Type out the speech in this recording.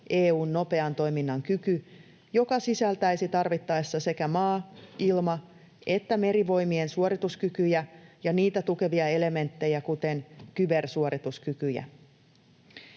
EU:n nopean toiminnan kyky, joka sisältäisi tarvittaessa sekä maa-, ilma- että merivoimien suorituskykyjä ja niitä tukevia elementtejä, kuten kybersuorituskykyjä.